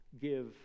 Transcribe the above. give